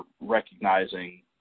recognizing